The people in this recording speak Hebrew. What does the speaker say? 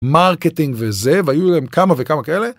מרקטינג וזה והיו להם כמה וכמה כאלה.